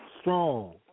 strong